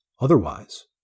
Otherwise